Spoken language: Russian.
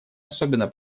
особенно